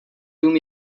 dům